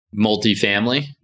multifamily